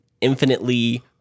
infinitely